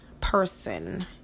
person